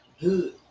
good